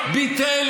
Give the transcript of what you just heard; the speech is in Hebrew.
בית המשפט העליון.